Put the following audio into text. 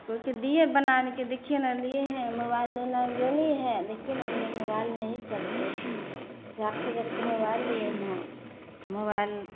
कोई के दिए बनाने के देखिए न लिए हैं मोबाइल लेना ले लिए हैं देखिए न मेरे मोबाइल नहीं चलते चार ठो हजार के मोबाईल लिए हैं मोबाईल